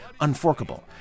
Unforkable